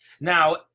Now